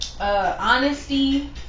Honesty